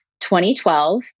2012